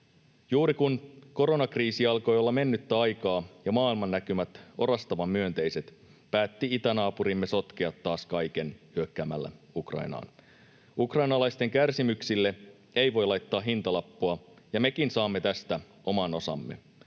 Juuri kun koronakriisi alkoi olla mennyttä aikaa ja maailmannäkymät orastavan myönteiset, päätti itänaapurimme sotkea taas kaiken hyökkäämällä Ukrainaan. Ukrainalaisten kärsimyksille ei voi laittaa hintalappua, ja mekin saamme tästä oman osamme.